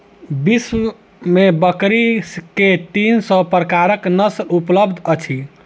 विश्व में बकरी के तीन सौ प्रकारक नस्ल उपलब्ध अछि